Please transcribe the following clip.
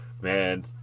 man